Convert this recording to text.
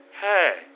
Hey